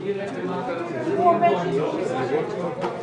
נקודה אחרונה, אני יודע שבמסגרת החלטה 550 שהיא